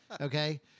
Okay